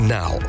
now